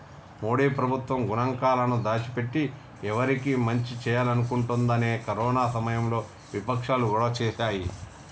మోడీ ప్రభుత్వం గణాంకాలను దాచి పెట్టి ఎవరికి మంచి చేయాలనుకుంటుందని కరోనా సమయంలో వివక్షాలు గొడవ చేశాయి